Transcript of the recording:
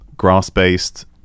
grass-based